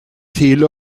till